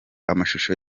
amashusho